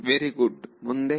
very good ಮುಂದೆ